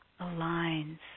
aligns